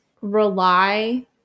rely